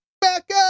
Backup